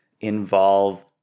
involve